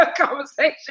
conversation